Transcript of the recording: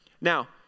Now